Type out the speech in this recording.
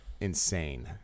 insane